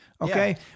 Okay